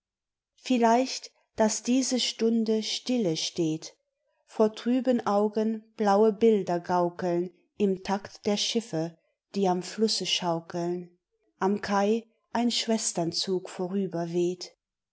vielleicht daß diese stunde stille steht vor trüben augen blaue bilder gaukeln im takt der schiffe die am flusse schaukeln am kai ein schwesternzug vorüberweht